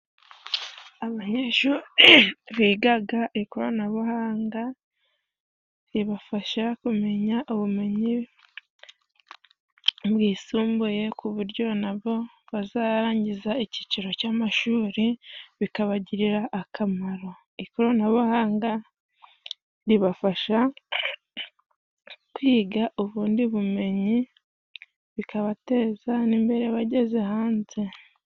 Abanyeshuri bigaga ikoranabuhanga ribafasha kumenya ubumenyi bwisumbuye, ku buryo nabo bazarangiza iciciro c'amashuri bikabagirira akamaro. Ikoranabuhanga ribafasha kwiga ubundi bumenyi, bikabateza imbere bageze hanze.